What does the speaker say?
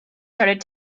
started